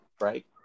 Right